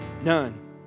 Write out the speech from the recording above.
None